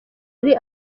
ari